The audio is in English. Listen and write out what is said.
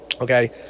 okay